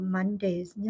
Mondays